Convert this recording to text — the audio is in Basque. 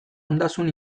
ondasun